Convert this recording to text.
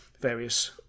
various